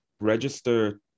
register-